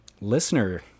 listener